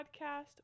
podcast